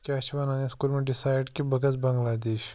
کیٛاہ چھِ وَنان یَتھ کوٚرمُت ڈِسایڈ کہِ بہٕ گژھٕ بنٛگلادیش